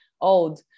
old